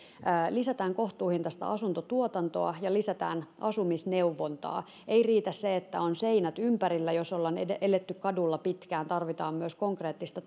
lisätään kohtuuhintaista asuntotuotantoa ja lisätään asumisneuvontaa ei riitä se että on seinät ympärillä jos ollaan eletty kadulla pitkään tarvitaan myös konkreettista